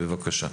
בבקשה.